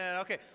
Okay